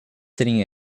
sitting